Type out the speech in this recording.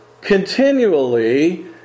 continually